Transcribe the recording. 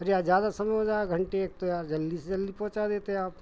अरे यार ज़्यादा समय हो जाएगा घंटे एक तो यार जल्दी से जल्दी पहुँचा देते आप